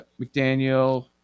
McDaniel